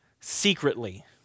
secretly